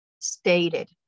stated